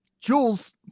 Jules